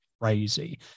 crazy